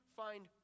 find